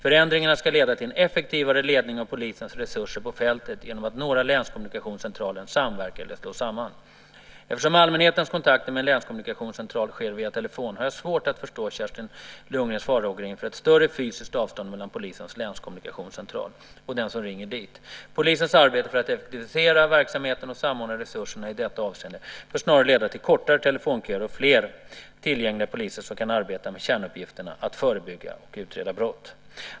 Förändringarna ska leda till en effektivare ledning av polisens resurser på fältet genom att några länskommunikationscentraler samverkar eller slås samman. Eftersom allmänhetens kontakter med en länskommunikationscentral sker via telefon har jag svårt att förstå Kerstin Lundgrens farhågor inför ett större fysiskt avstånd mellan polisens länskommunikationscentral och den som ringer dit. Polisens arbete för att effektivisera verksamheten och samordna resurserna i detta avseende bör snarare leda till kortare telefonköer och fler tillgängliga poliser som kan arbeta med kärnuppgifterna att förebygga och utreda brott.